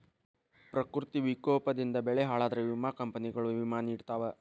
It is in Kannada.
ಪ್ರಕೃತಿ ವಿಕೋಪದಿಂದ ಬೆಳೆ ಹಾಳಾದ್ರ ವಿಮಾ ಕಂಪ್ನಿಗಳು ವಿಮಾ ನಿಡತಾವ